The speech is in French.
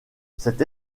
cette